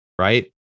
right